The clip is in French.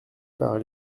par